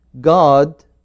God